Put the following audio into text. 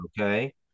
okay